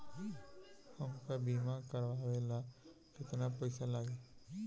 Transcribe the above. हमका बीमा करावे ला केतना पईसा लागी?